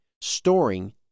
storing